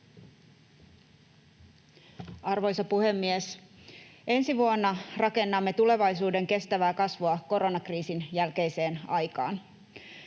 Arvoisa puhemies! Ensi vuonna rakennamme tulevaisuuden kestävää kasvua koronakriisin jälkeiseen aikaan.